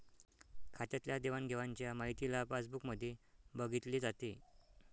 खात्यातल्या देवाणघेवाणच्या माहितीला पासबुक मध्ये बघितले जाते